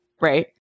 right